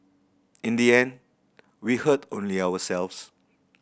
in the end we hurt only ourselves